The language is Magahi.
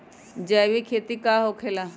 जैविक खेती का होखे ला?